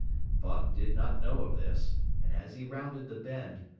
buck did not know of this, and as he rounded the bend,